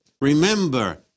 remember